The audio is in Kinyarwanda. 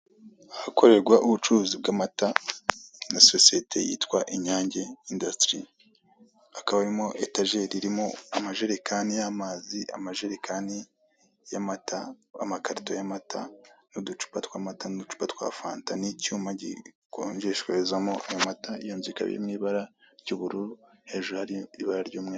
Ahakorerwa ubucuruzi bw'amata na sosiyete yitwa Inyange indasitiri. Hakaba harimo etajeri irimo amajerekani y'amazi, amajerekani y'amata, amakarito y'amata n'uducupa tw'amata n'uducupa twafanta n'icyuma gikonjesherezwamo ayo mata, iyo nzu ikaba iri mu ibara ry'ubururu hejuru hari ibara ry'umweru.